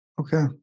Okay